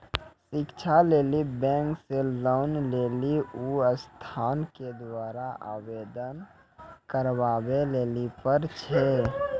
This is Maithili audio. शिक्षा लेली बैंक से लोन लेली उ संस्थान के द्वारा आवेदन करबाबै लेली पर छै?